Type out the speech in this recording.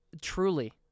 truly